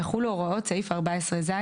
יחולו הוראות סעיף 14ז,